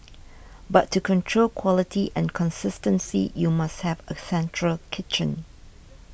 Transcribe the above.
but to control quality and consistency you must have a central kitchen